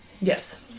Yes